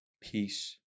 Peace